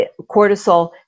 cortisol